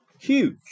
Huge